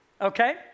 okay